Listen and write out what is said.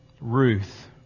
Ruth